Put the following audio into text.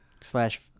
slash